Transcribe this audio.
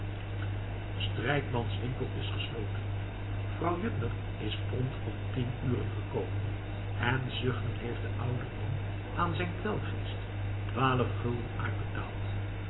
strijkmans winkel is gesloten vrouw juttner is prompt om tien uren gekomen en zuchtend heeft de oude man aan zijn kwelgeest twaalf gulden uitbetaald